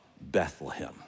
Bethlehem